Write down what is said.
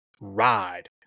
ride